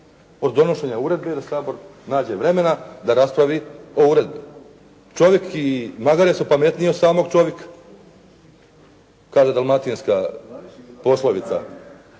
od donošenja uredbe da Sabor nađe vremena da raspravi o uredbi. Čovjek i magare su pametniji od samog čovjeka, kaže dalmatinska poslovica.